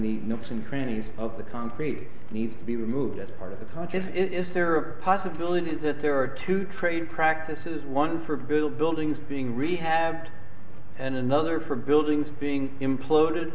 the notes and crannies of the concrete needs to be removed as part of the time it is there a possibility that there are two trade practices one for bill buildings being rehabbed and another for buildings being imploded